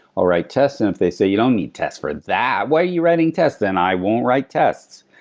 i'll write tests. if they say you don't need tests for that. why are you writing tests? then i won't write tests,